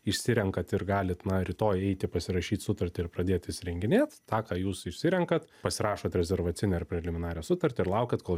išsirenkat ir galit na rytoj eiti pasirašyt sutartį ir pradėt įsirenginėt tą ką jūs išsirenkat pasirašot rezervacinę ar preliminarią sutartį ir laukiat kol